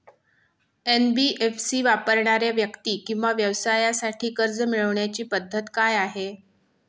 NBFC वापरणाऱ्या व्यक्ती किंवा व्यवसायांसाठी कर्ज मिळविण्याची पद्धत काय आहे?